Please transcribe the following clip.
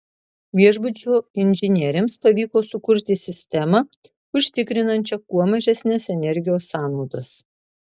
viešbučio inžinieriams pavyko sukurti sistemą užtikrinančią kuo mažesnes energijos sąnaudas